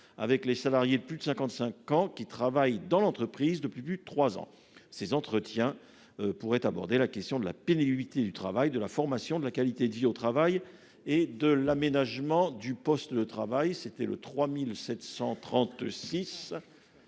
avec les salariés de plus de 55 ans qui travaille dans l'entreprise depuis plus de 3 ans. Ces entretiens. Pourraient aborder la question de la pénibilité du travail de la formation de la qualité de vie au travail et de l'aménagement du poste de travail. C'était le 3736.